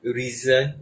reason